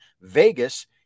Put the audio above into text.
Vegas